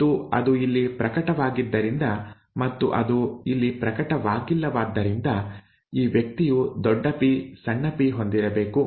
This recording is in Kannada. ಮತ್ತು ಅದು ಇಲ್ಲಿ ಪ್ರಕಟವಾಗಿದ್ದರಿಂದ ಮತ್ತು ಅದು ಇಲ್ಲಿ ಪ್ರಕಟವಾಗಿಲ್ಲವಾದ್ದರಿಂದ ಈ ವ್ಯಕ್ತಿಯು ದೊಡ್ಡ ಪಿ ಸಣ್ಣ ಪಿ ಹೊಂದಿರಬೇಕು